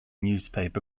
newspaper